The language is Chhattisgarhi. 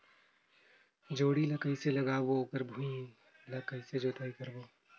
जोणी ला कइसे लगाबो ओकर भुईं ला कइसे जोताई करबो?